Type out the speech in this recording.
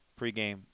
pregame